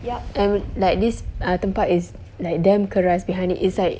yup and like this err tempat is like damn keras behind it's like